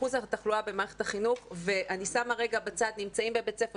אחוז התחלואה במערכת החינוך ואני שמה רגע בצד נמצאים בבית ספר,